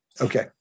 Okay